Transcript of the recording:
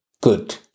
Good